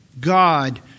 God